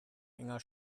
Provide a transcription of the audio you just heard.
enger